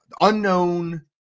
unknown